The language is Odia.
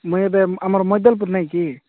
ମୁଇଁ ଏବେ ଆମର ମଇଦଲପୁର୍ ନାଇଁକି